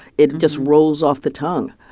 it just rolls off the tongue.